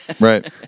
Right